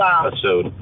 episode